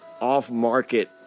off-market